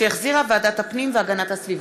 שהחזירה ועדת הפנים והגנת הסביבה.